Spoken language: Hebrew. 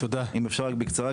אני אדבר בקצרה,